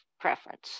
preference